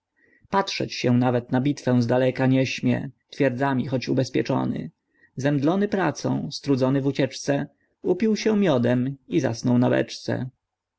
patrzeć się nawet na bitwę zdaleka nie śmie twierdzami choć ubezpieczony zemdlony pracą strudzony w ucieczce upił się miodem i zasnął na